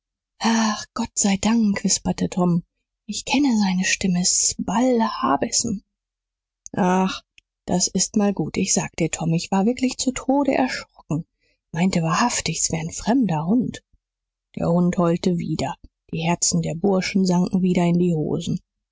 ach gott sei dank wisperte tom ich kenne seine stimme s ist bull harbison ach das ist mal gut ich sag dir tom ich war wirklich zu tod erschrocken meinte wahrhaftig s wär n fremder hund der hund heulte wieder die herzen der burschen sanken wieder in die hosen